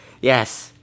Yes